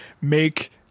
make